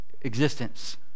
existence